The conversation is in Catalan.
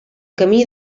camí